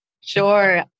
Sure